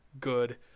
good